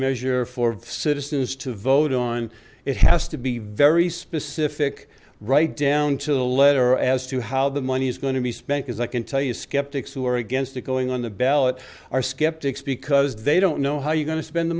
measure for citizens to vote on it has to be very specific right down to the letter as to how the money is going to be spent as i can tell you skeptics who are against it going on the ballot are skeptics because they don't know how you're going to spend the